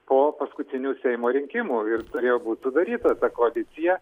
po paskutinių seimo rinkimų ir turėjo būt sudaryta ta koalicija